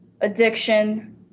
addiction